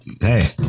Hey